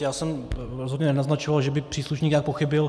Já jsem rozhodně nenaznačoval, že by příslušník nějak pochybil.